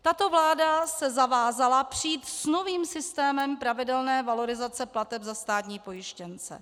Tato vláda se zavázala přijít s novým systémem pravidelné valorizace plateb za státní pojištěnce.